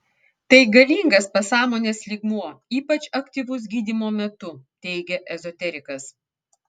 tai galingas pasąmonės lygmuo ypač aktyvus gydymo metu teigia ezoterikas